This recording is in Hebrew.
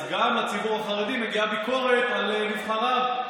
אז גם לציבור החרדי מגיעה ביקורת על נבחריו.